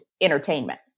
entertainment